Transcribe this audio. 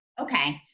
Okay